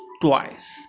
twice